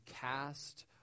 cast